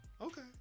Okay